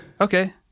okay